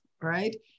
right